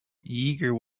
yeager